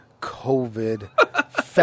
covid